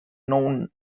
known